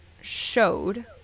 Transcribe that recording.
showed